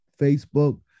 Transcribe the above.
Facebook